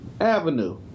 avenue